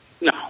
No